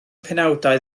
penawdau